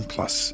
Plus